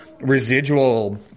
residual